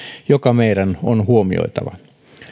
joka meidän on huomioitava